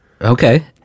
Okay